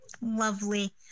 Lovely